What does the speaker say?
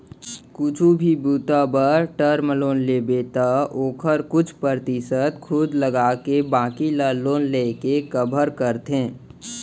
कुछु भी बूता बर टर्म लोन लेबे त ओखर कुछु परतिसत खुद लगाके बाकी ल लोन लेके कभर करथे